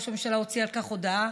ראש הממשלה הוציא על כך הודעה,